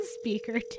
speaker